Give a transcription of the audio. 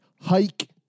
hike